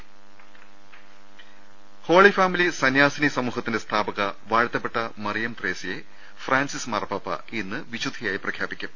രുട്ട്ട്ട്ട്ട്ട്ട്ട്ട ഹോളിഫാമിലി സന്യാസിനി സമൂഹത്തിന്റെ സ്ഥാപക വാഴ്ത്തപ്പെട്ട മറിയം ത്രേസ്യയെ ഫ്രാൻസിസ് മാർപാപ്പ ഇന്ന് വിശുദ്ധയായി പ്രഖ്യാപി ക്കും